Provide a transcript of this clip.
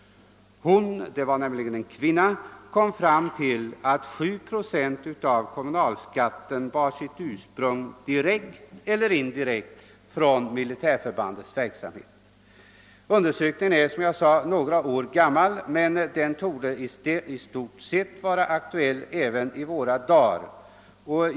Hon — det var nämligen en kvinna — kom fram till att 7 procent av kommunalskatten hade sitt ursprung direkt eller indirekt från militärförbandets verksamhet. Undersökningen är, som jag sade, några år gammal, men den torde i stort sett vara aktuell även i dag.